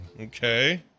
Okay